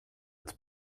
its